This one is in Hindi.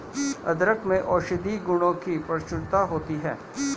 अदरक में औषधीय गुणों की प्रचुरता होती है